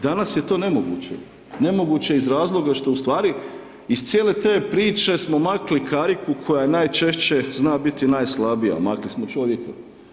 Danas je to nemoguće, nemoguće iz razloga što ustvari iz cijele te priče smo makli kariku koja najčešće zna biti najslabija, makli smo čovjeka.